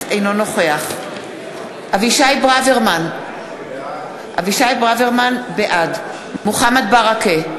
אינו נוכח אבישי ברוורמן, בעד מוחמד ברכה,